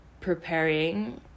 preparing